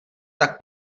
tak